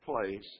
place